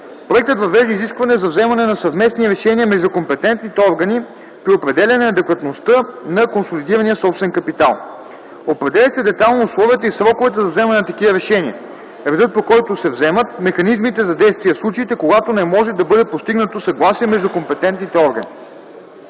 Проектът въвежда изискване за вземане на съвместни решения между компетентните органи при определяне адекватността на консолидирания собствен капитал. Определят се детайлно условията и сроковете за вземане на такива решения; редът, по който се вземат; механизмите за действие в случаите, когато не може да бъде постигнато съгласие между компетентните органи.